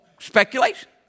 Speculation